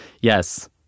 yes